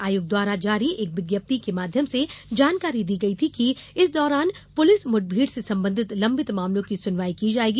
आयोग द्वारा जारी एक विज्ञप्ति के माध्यम से जानकारी दी गई थी कि इस दौरान पुलिस मुठभेड़ से संबंधित लंबित मामलों की सुनवाई की जायेगी